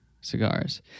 cigars